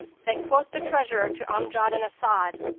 that quoth the treasurer to amjad and as'ad,